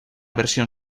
versión